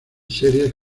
series